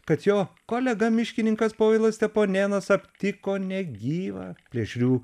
kad jo kolega miškininkas povilas steponėnas aptiko negyvą plėšrių